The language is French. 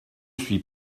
suis